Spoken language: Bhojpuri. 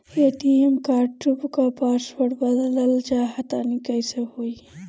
ए.टी.एम कार्ड क पासवर्ड बदलल चाहा तानि कइसे होई?